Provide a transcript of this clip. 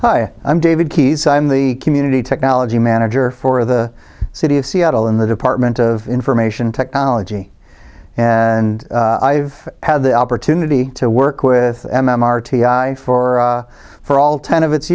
hi i'm david keyes i'm the community technology manager for the city of seattle in the department of information technology and i've had the opportunity to work with m m r t i for for all ten of its